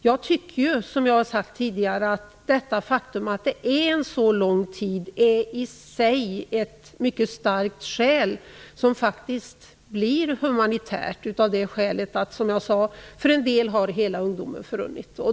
Jag tycker som jag har sagt tidigare att det faktum att det gått så lång tid i sig är ett mycket starkt skäl, som faktiskt blir humanitärt. För en del har hela ungdomen förrunnit.